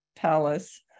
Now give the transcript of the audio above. palace